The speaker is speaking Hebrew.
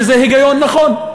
וזה היגיון נכון.